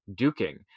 duking